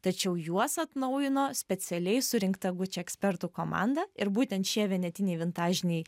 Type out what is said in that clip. tačiau juos atnaujino specialiai surinkta gucci ekspertų komanda ir būtent šie vienetiniai vintažiniai